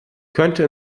könnte